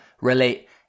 relate